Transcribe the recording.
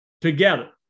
together